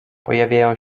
pojawiają